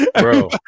Bro